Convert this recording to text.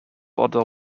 other